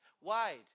wide